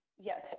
Yes